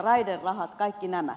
raiderahat kaikki nämä